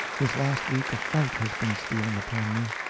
this last week a fright has been stealing upon me.